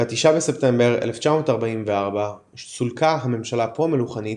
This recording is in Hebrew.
ב-9 בספטמבר 1944 סולקה הממשלה הפרו-מלוכנית